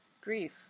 grief